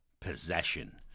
possession